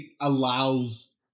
allows